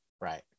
right